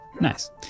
Nice